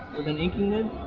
with an inking nib?